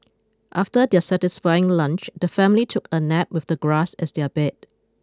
after their satisfying lunch the family took a nap with the grass as their bed